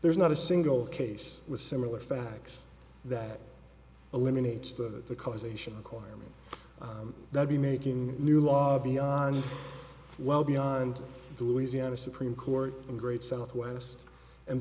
there's not a single case with similar facts that eliminates the causation acquirement that be making new laws beyond well beyond the louisiana supreme court in great southwest and